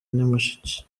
nyamasheke